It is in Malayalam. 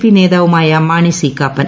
പി നേതാവുമായ മാണി സി കാപ്പൻ